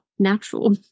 natural